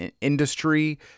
industry